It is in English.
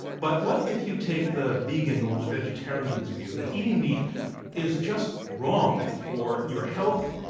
but what if you take the vegan or the vegetarian's view that eating meat is just wrong for your health,